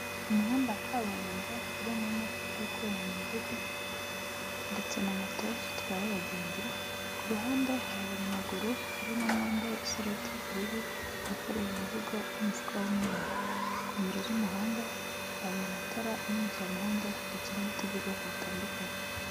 Umuhanda wa kaburimbo urimo imodoka yikorera imizigo ndetse na moto zitwaye abagenzi, ku ruhande hari abanyamaguru harimo umwe wambaye isarubeti y'ubururu, wikoreye umuzigo uri mu mufuka w'umweru. Ku nkengero z'umuhanda hari amatara amurikira umuhanda ndetse n'ibiti by'ubwoko butandukanye.